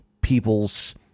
people's